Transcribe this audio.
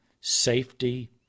safety